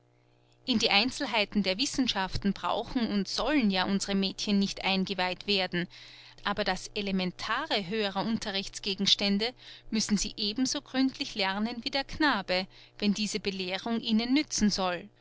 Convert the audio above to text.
in die einzelnheiten der wissenschaften brauchen und sollen ja unsre mädchen nicht eingeweiht werden aber das elementare höherer unterrichtsgegenstände müssen sie eben so gründlich lernen wie der knabe wenn diese belehrung ihnen nützen soll